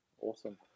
Awesome